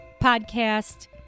podcast